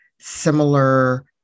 similar